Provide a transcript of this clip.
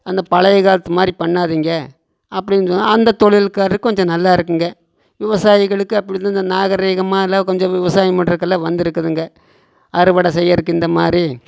அந்த பழையக்காலத்துமாதிரி பண்ணாதீங்க அப்படினு சொன்னால் அந்தத் தொழில்காரருக்கு கொஞ்சம் நல்லாயிருக்குங்க விவசாயிகளுக்கு அப்படித்தான் இந்த நாகரிகமாக எல்லாம் கொஞ்சம் விவசாயம் பண்றதுகெல்லாம் வந்துருக்குதுங்க அறுவடைச் செய்கிறக்கு இந்தமாதிரி